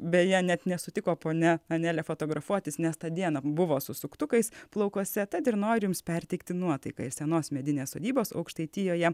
beje net nesutiko ponia anelė fotografuotis nes tą dieną buvo su suktukais plaukuose tad ir noriu jums perteikti nuotaiką iš senos medinės sodybos aukštaitijoje